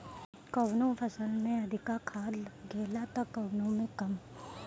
कवनो फसल में अधिका खाद लागेला त कवनो में कम